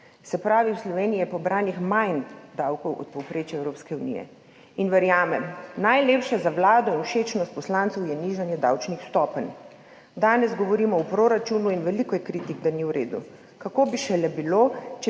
se pravi, v Sloveniji je pobranih manj davkov od povprečja Evropske unije. In verjamem, najlepše za Vlado in všečnost poslancev je nižanje davčnih stopenj. Danes govorimo o proračunu in veliko je kritik, da ni v redu. Kako bi šele bilo,